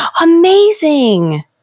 amazing